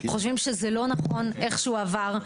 חושבים שזה לא נכון איך שהוא עבר.